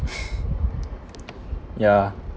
ya